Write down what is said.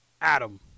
Adam